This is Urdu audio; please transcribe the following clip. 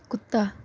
کتا